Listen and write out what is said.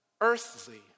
earthly